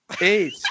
Eight